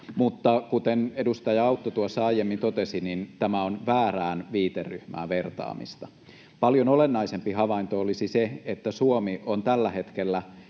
Mutta kuten edustaja Autto tuossa aiemmin totesi, niin tämä on väärään viiteryhmään vertaamista. Paljon olennaisempi havainto olisi se, että Suomi on tällä hetkellä